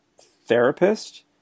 therapist